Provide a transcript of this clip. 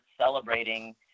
celebrating